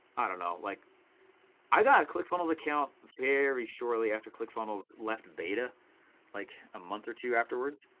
i don't know, like i got a clickfunnels account very shortly after clickfunnels left beta like a month or two afterwards.